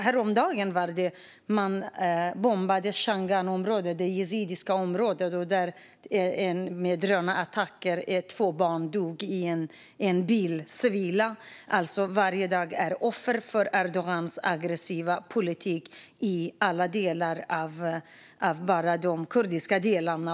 Häromdagen bombade man i Shingalområdet, det yazidiska området, med drönarattacker. Två barn dog i en bil som bombades. Varje dag faller civila offer för Erdogans aggressiva politik bara i de kurdiska delarna.